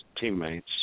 teammates